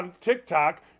TikTok